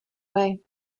way